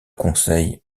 conseil